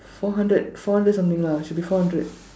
four hundred four hundred something lah should be four hundred